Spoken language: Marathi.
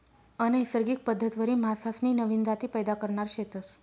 अनैसर्गिक पद्धतवरी मासासनी नवीन जाती पैदा करणार शेतस